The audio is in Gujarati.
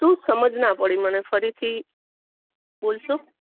શું સમજ ના પડી મને ફરીથી બોલશો